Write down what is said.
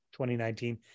2019